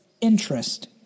interest